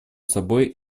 собой